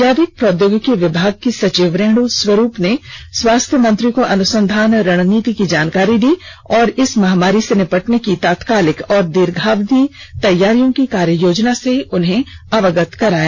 जैव प्रोद्यौगिकी विभाग की सचिव रेणु स्वरूप ने स्वास्थ्य मंत्री को अनुसंधान रणनीति की जानकारी दी तथा इस महामारी से निपटने की तात्कालिक और दीर्घावधि तैयारियों की कार्ययोजना से अवगत कराया